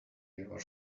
your